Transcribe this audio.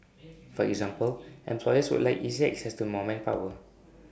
for example employers would like easier access to more manpower